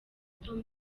tom